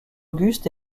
auguste